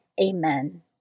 Amen